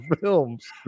films